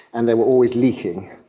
and they were always leaking,